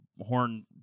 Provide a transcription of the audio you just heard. horn